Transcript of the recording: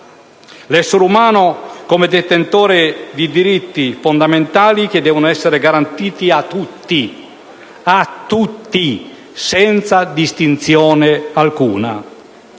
L'essere umano come detentore di diritti fondamentali, che devono essere garantiti a tutti - ripeto: a tutti